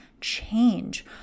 change